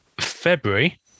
February